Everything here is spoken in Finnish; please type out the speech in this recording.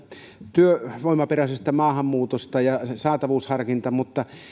työvoimaperäisestä maahanmuutosta ja saatavuusharkinnasta mutta